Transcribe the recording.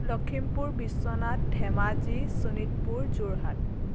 Lakhimpur Biswanath Dhemaji Sonitpur Jorhat